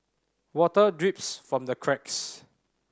water drips from the cracks